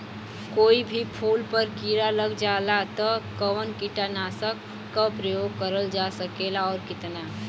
कोई भी फूल पर कीड़ा लग जाला त कवन कीटनाशक क प्रयोग करल जा सकेला और कितना?